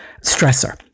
stressor